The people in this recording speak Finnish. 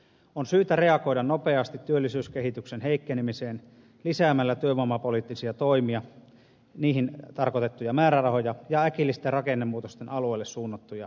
on syytä reagoida nopeasti työllisyyskehityksen heikkenemiseen lisäämällä työvoimapoliittisia toimia niihin tarkoitettuja määrärahoja ja äkillisten rakennemuutosten alueille suunnattuja tukia